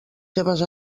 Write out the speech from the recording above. seves